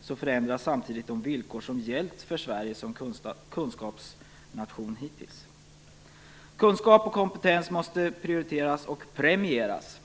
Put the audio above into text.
förändras de villkor som hittills gällt för Sverige som kunskapsnation. Kunskap och kompetens måste prioriteras och premieras.